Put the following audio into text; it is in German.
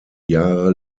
jahre